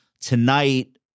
Tonight